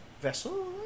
Vessel